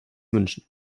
wünschen